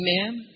Amen